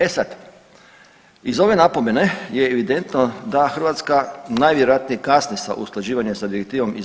E sad, iz ove napomene je evidentno da Hrvatska najvjerojatnije kasni sa usklađivanjem sa Direktivom iz